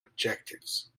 objectives